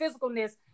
physicalness